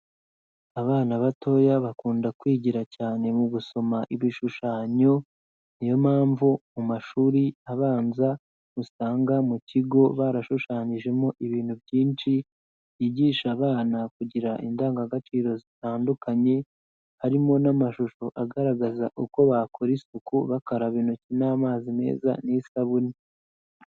Abana batoya bakunda kwigira cyane mu gusoma ibishushanyo, niyo mpamvu mu mashuri abanza usanga mu kigo barashushanyijemo ibintu byinshi byigisha abana kugira indangagaciro zitandukanye, harimo n'amashusho agaragaza uko bakora isuku bakaraba intoki n'amazi meza n'isabune.